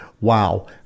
wow